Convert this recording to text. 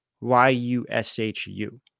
Y-U-S-H-U